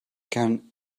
can